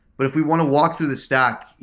but if we want to walk through the stack,